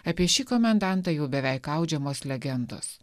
apie šį komendantą jau beveik audžiamos legendos